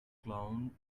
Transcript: clown